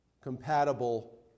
compatible